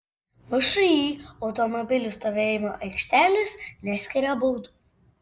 všį automobilių stovėjimo aikštelės neskiria baudų